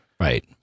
Right